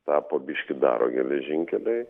tą po biški daro geležinkeliai